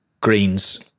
Greens